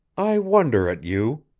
i wonder at you,